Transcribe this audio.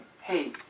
Hey